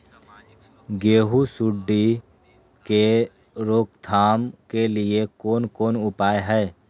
गेहूँ सुंडी के रोकथाम के लिये कोन कोन उपाय हय?